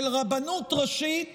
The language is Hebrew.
של רבנות ראשית